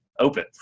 open